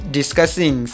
discussing